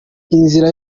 inzira